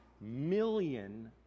million